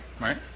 right